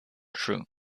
true